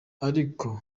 ariko